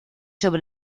sobre